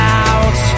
out